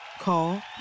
Call